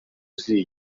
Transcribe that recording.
aziye